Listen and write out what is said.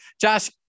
Josh